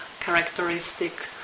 characteristic